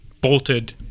bolted